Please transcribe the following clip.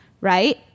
right